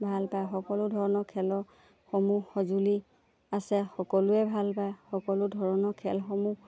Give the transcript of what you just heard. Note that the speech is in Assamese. ভাল পায় সকলো ধৰণৰ খেলৰসমূহ সঁজুলি আছে সকলোৱে ভাল পায় সকলো ধৰণৰ খেলসমূহ